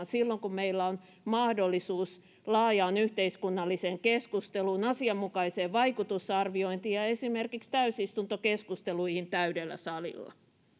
silloin kun meillä on mahdollisuus laajaan yhteiskunnalliseen keskusteluun asianmukaiseen vaikutusarviointiin ja esimerkiksi täysistuntokeskusteluihin täydellä salilla